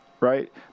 right